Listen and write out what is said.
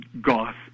Goth